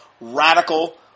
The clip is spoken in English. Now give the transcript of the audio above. radical